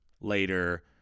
later